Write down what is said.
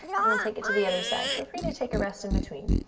and we'll take it to the other side. feel free to take a rest in between.